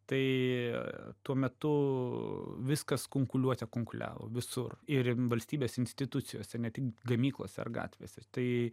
tai tuo metu viskas kunkuliuote kunkuliavo visur ir valstybės institucijose ne tik gamyklose ar gatvėse tai